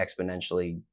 exponentially